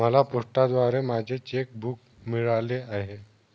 मला पोस्टाद्वारे माझे चेक बूक मिळाले आहे